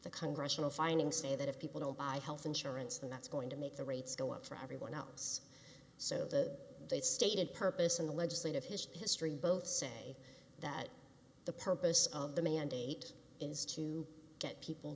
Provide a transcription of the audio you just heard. the congress will fining say that if people don't buy health insurance and that's going to make the rates go up for everyone else so that they'd stated purpose in the legislative history history both say that the purpose of the mandate is to get people